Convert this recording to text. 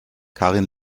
karin